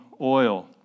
oil